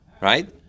Right